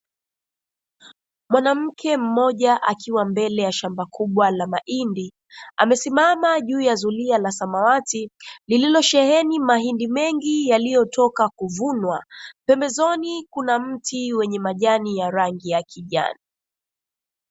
Mwanamke mmoja akiwa mbele ya shamba kubwa la mahindi amesimama juu ya zulia samawati, lililosheheni mahindi mengi yaliyotoka kuvunwa, pembezoni kuna mti wa rangi ya kijani.